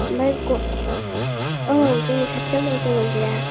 ओमफ्राय ग औ जोंंनि खाथियाव दं जोंनाव गैया